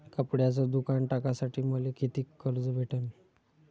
कपड्याचं दुकान टाकासाठी मले कितीक कर्ज भेटन?